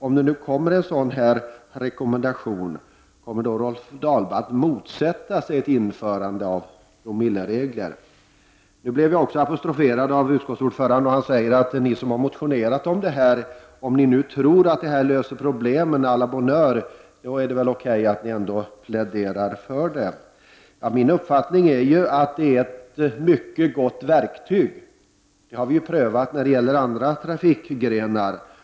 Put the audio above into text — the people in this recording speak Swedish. Om det framförs en rekommendation, kommer Rolf Dahlberg då att motsätta sig ett införande av promilleregler när det gäller nykterhet till sjöss? Jag blev även apostroferad av utskottets ordförande som sade att om vi som har motionerat om detta tror att detta löser problemen, å la bonne heure, då är det okej att vi ändå pläderar för det. Min uppfattning är att detta är ett mycket gott verktyg. Vi har ju prövat det när det gäller andra trafikgrenar.